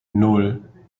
nan